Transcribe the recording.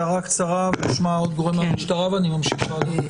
נשמע עוד גורם מהמשטרה ואני ממשיך הלאה.